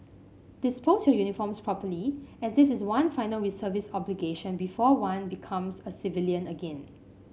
dispose your uniforms properly as this is one final reservist obligation before one becomes a civilian again